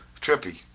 Trippy